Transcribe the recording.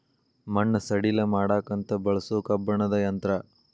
ಮಣ್ಣ ಸಡಿಲ ಮಾಡಾಕಂತ ಬಳಸು ಕಬ್ಬಣದ ಯಂತ್ರಾ